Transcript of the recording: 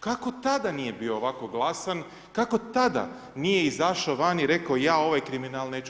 Kako tada nije bio ovako glasan, kako tada nije izašao van i rekao ja ovaj kriminal neću